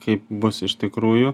kaip bus iš tikrųjų